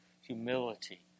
humility